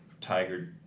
Tiger